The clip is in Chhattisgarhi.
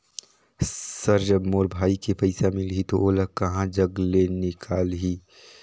सर जब मोर भाई के पइसा मिलही तो ओला कहा जग ले निकालिही?